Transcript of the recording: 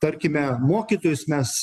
tarkime mokytojus mes